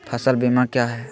फ़सल बीमा क्या है?